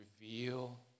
reveal